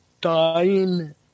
dying